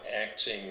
acting